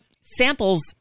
samples